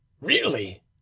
Really